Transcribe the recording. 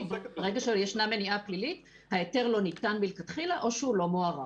וברגע שישנה מניעה פלילית ההיתר לא ניתן מלכתחילה או שהוא לא מוארך.